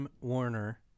Warner